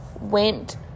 went